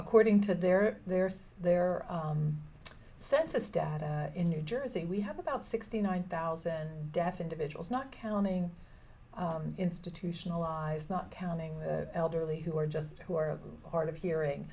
according to their there's their census data in new jersey we have about sixty nine thousand deaf individuals not counting institutionalized not counting the elderly who are just who are of the heart of hearing